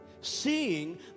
seeing